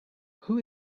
who